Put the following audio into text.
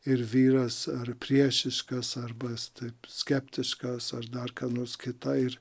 ir vyras ar priešiškas arba taip skeptiškas ar dar ką nors kitą ir